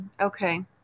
Okay